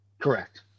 Correct